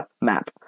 map